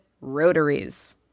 rotaries